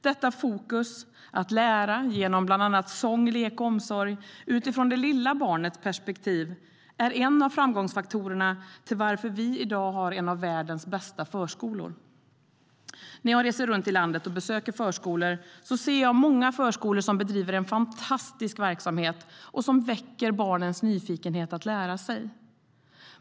Detta fokus - att lära genom sång, lek och omsorg - utifrån det lilla barnets perspektiv, är en av framgångsfaktorerna som gör att vi i dag har en av världens bästa förskolor. När jag reser runt i landet och besöker förskolor ser jag många som bedriver en fantastisk verksamhet och som väcker barnens nyfikenhet att lära sig.